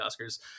Oscars